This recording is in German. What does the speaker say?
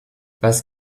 was